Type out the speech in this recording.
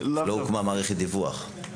לא הוקמה מערכת דיווח.